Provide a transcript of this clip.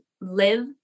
live